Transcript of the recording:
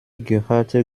gehörte